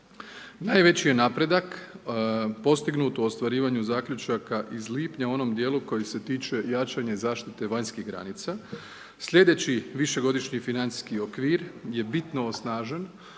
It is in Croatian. Najveći je napredak postignut u ostvarivanju zaključaka iz lipnja u onom dijelu koji se tiče jačanje zaštite vanjskih granica, slijedeći višegodišnji financijski okvir je bitno osnažen